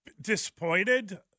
disappointed